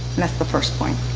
that's the first point.